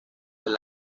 del